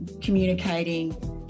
communicating